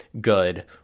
good